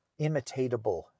imitatable